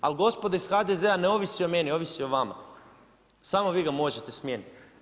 Ali gospodo iz HDZ-a ne ovisi o meni, ovisi o vama, samo vi ga možete smijeniti.